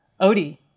Odie